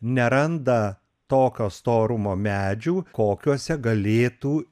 neranda tokio storumo medžių kokiuose galėtų